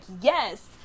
yes